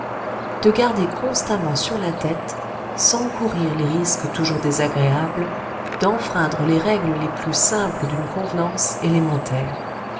de garder constamment sur la tête sans courir les risques toujours désagréables d'enfreindre les règles les plus simples d'une convenance élémentaire